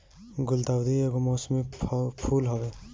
गुलदाउदी एगो मौसमी फूल हवे